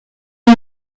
une